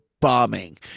bombing